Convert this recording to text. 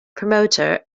promoter